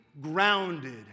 grounded